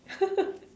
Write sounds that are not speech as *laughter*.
*laughs*